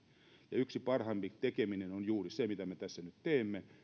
ja yksi parhaamme tekeminen on juuri se mitä me tässä nyt teemme